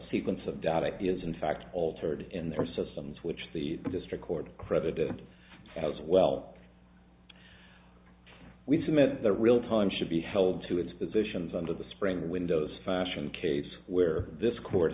sequence of data is in fact altered in their systems which the district court credited as well we submit that the real time should be held to its positions under the spring windows fashion case where this court